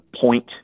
point